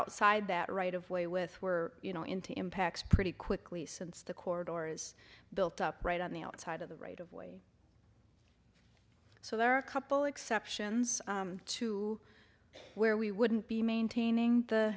outside that right of way with we're you know into impacts pretty quickly since the corridor is built up right on the outside of the right of way so there are a couple exceptions to where we wouldn't be maintaining the